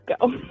go